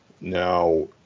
Now